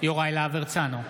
יוראי להב הרצנו,